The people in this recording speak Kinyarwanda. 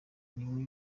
niwe